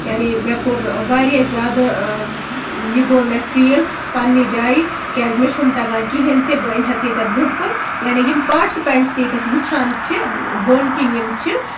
یعنی مےٚ کوٚر واریاہ زیادٕ یہِ گوٚو مےٚ فیٖل پَنٕنہِ جایہِ تِکیازِ مےٚ چھُنہٕ تَگان کِہینۍ تہِ بہٕ أنۍہَس ییٚتیتھ برونہہ کُن یعنی یِم پاٹِسِپینٹٔس ییٚتیتھ وٕچھان چھِ بۄن کِن یِم چھِ